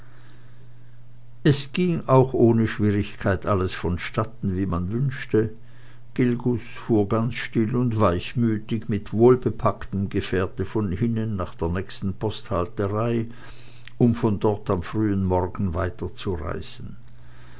es ging auch ohne schwierigkeit alles vonstatten wie man wünschte gilgus fuhr ganz still und weichmütig mit wohlbepacktem gefährte von hinnen nach der nächsten posthalterei um von dort am frühen morgen weiterzureisen